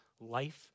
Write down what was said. life